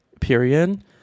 period